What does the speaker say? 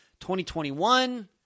2021